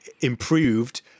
improved